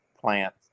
plant